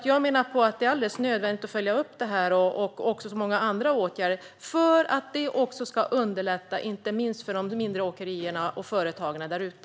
Jag menar att det är alldeles nödvändigt att följa upp detta, som många andra åtgärder, för att underlätta inte minst för de mindre åkerierna och företagarna där ute.